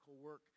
work